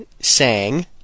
sang